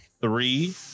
three